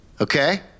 Okay